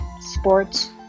sports